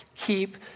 keep